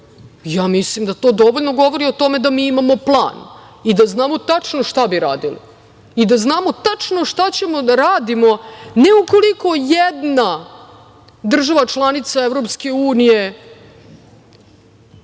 Mislim da to dovoljno govori o tome da mi imamo plan i da znamo tačno šta bi radili i da znamo tačno šta ćemo da radimo, ne ukoliko jedna država članica EU prizna